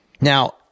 Now